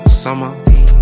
summer